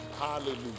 Hallelujah